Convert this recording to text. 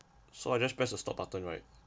so I just press the stop button right